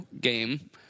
game